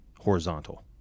horizontal